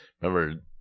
remember